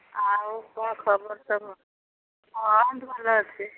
ଆଉ କ'ଣ ଖବର ସବୁ ହଁ ହେନ୍ତି ଭଲ ଅଛି